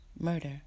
murder